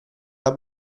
alla